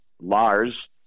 Lars